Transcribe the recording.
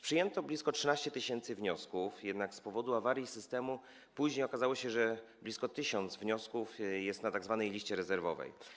Przyjęto blisko 13 tys. wniosków, jednak z powodu awarii systemu okazało się, że blisko 1 tys. wniosków jest na tzw. liście rezerwowej.